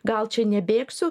gal čia nebėgsiu